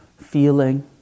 feeling